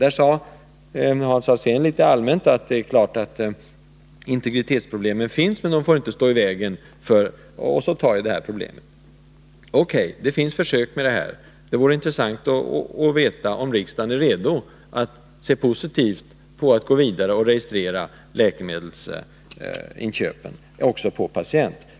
Där sade Hans Alsén litet allmänt att det är klart att integritetsproblemen finns men att de inte får stå i vägen för en lösning av problemet. Det finns försök gjorda. Det vore intressant att få veta om riksdagen är redo att se positivt på möjligheten att gå vidare och att också registrera patienternas läkemedelsinköp.